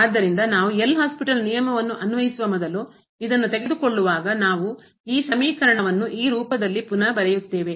ಆದ್ದರಿಂದ ನಾವು L'Hopital ನಿಯಮವನ್ನು ಅನ್ವಯಿಸುವ ಮೊದಲು ಇದನ್ನು ತೆಗೆದುಕೊಳ್ಳುವಾಗ ನಾವು ಈ ಸಮೀಕರಣವನ್ನು ಈ ರೂಪದಲ್ಲಿ ಪುನಃ ಬರೆಯುತ್ತೇವೆ